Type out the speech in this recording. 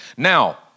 Now